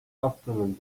afternoon